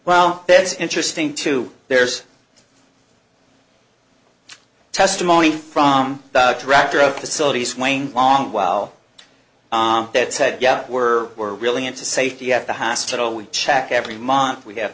well that's interesting too there's testimony from the director of facilities swaying a long while that said yeah we're were really into safety at the hospital we check every month we have